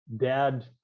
dad